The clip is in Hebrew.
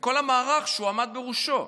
וכל המערך שהוא עמד בראשו.